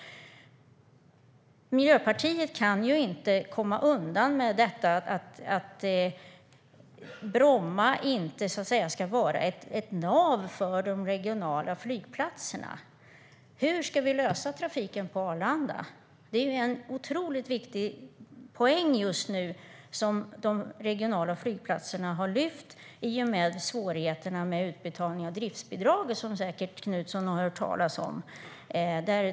Miljöpartiet kan inte komma undan att Bromma inte ska vara ett nav för de regionala flygplatserna. Hur ska trafiken lösas på Arlanda? Det är en otroligt viktig poäng just nu som de regionala flygplatserna har lyft fram i och med svårigheterna med utbetalningen av driftsbidraget, som säkert Knutsson har hört talas om.